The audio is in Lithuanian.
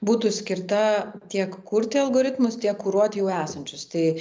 būtų skirta tiek kurti algoritmus tiek kuruoti jau esančius tai